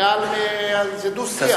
זה דו-שיח.